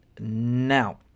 now